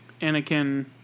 Anakin